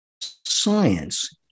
science